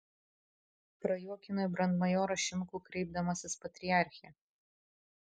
prajuokino į brandmajorą šimkų kreipdamasis patriarche